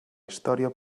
història